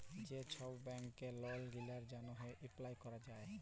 যে ছব ব্যাংকে লল গিলার জ্যনহে এপ্লায় ক্যরা যায়